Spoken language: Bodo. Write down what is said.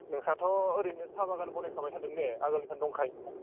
नोंस्राथ' ओरैनो साहा बागान बनायखाबाय थादों ने आगोलनिफ्रायनो दंखायोना